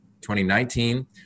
2019